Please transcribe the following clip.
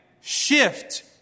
shift